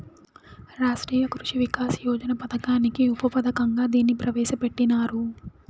రాష్ట్రీయ కృషి వికాస్ యోజన పథకానికి ఉప పథకంగా దీన్ని ప్రవేశ పెట్టినారు